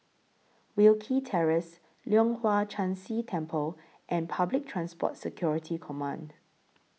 Wilkie Terrace Leong Hwa Chan Si Temple and Public Transport Security Command